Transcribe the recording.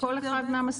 לא.